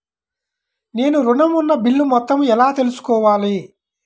నేను ఋణం ఉన్న బిల్లు మొత్తం ఎలా తెలుసుకోవాలి?